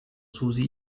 susi